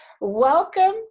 Welcome